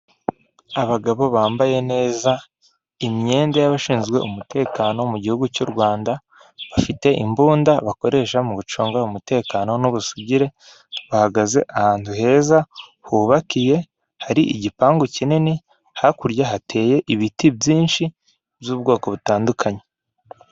Abagabo bambaye neza imyenda y'abashinzwe umutekano mu gihugu cy'u Rwanda bafite imbunda bakoresha mu gucunga umutekano n'ubusugire, bahagaze ahantu heza hubakiye hari igipangu kinini, hakurya hateye ibiti byinshi by'ubwoko butandukanye.